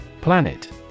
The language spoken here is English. Planet